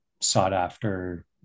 sought-after